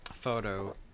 photo